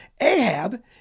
Ahab